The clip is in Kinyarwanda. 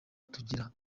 tugira